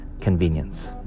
convenience